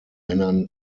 männern